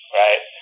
right